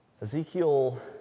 Ezekiel